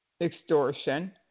extortion